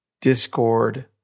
Discord